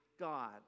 God